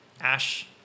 Ash